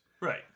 Right